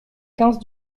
quinze